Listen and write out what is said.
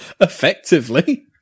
Effectively